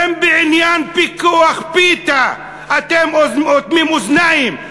אם בעניין פיקוח על פיתה אתם אוטמים אוזניים,